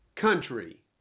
country